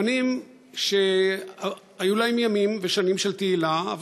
אמנים שהיו להם ימים ושנים של תהילה,